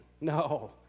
No